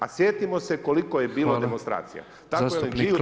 A sjetimo se koliko je bilo demonstracija, … tako o svemu.